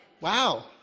Wow